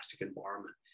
environment